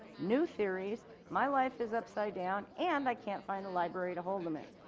new theories. my life is upside down and i can't find a library to hold them in.